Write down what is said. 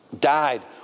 Died